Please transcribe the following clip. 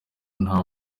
nta